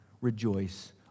rejoice